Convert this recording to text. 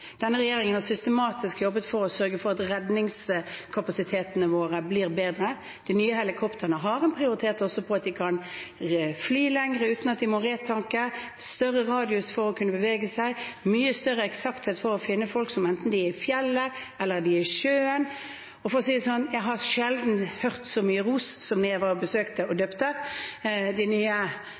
Denne regjeringen har systematisk jobbet for å sørge for at redningskapasitetene våre blir bedre. De nye helikoptrene har prioritet også på at de kan fly lenger uten at de må retanke, større radius for å kunne bevege seg og mye større eksakthet for å finne folk, enten de er i fjellet eller de er i sjøen. For å si det sånn, jeg har sjelden hørt så mye ros som da jeg var på besøk og døpte de nye